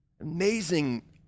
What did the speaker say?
Amazing